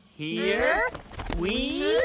here we